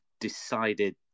decided